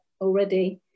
already